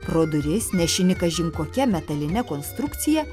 pro duris nešini kažin kokia metaline konstrukcija